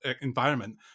environment